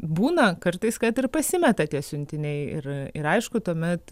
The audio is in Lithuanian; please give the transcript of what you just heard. būna kartais kad ir pasimeta tie siuntiniai ir ir aišku tuomet